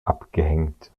abgehängt